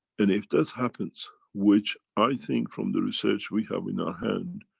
and if this happens. which i think from the research we have in our hand,